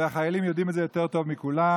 והחיילים יודעים את זה יותר טוב מכולם.